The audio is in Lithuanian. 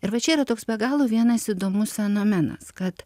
ir va čia yra toks be galo vienas įdomus fenomenas kad